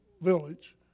village